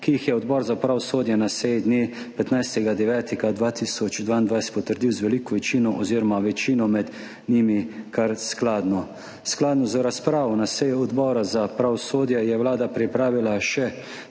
ki jih je Odbor za pravosodje na seji dne 15. 9. 2022 potrdil z veliko večino oziroma večina med njimi kar skladno. Skladno z razpravo na seji Odbora za pravosodje je Vlada pripravila še